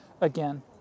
again